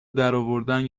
درآوردن